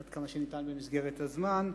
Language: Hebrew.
עד כמה שניתן במסגרת הזמן.